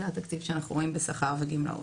זה התקציב שרואים בשכר וגמלאות.